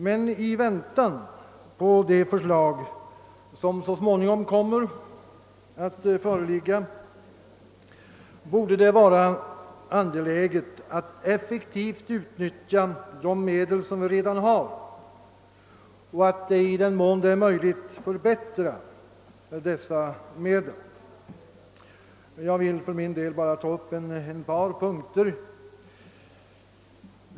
Men i väntan på det förslag som så småningom kommer att föreligga, borde det vara angeläget att effektivt utnyttja de medel som vi redan har och att, i den mån det är möjligt, förbättra dessa medel. Jag vill här bara ta upp ett par punkter.